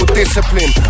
discipline